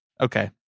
Okay